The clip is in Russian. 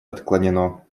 отклонено